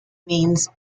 means